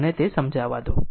મને તે સમજાવા દો